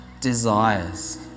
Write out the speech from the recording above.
desires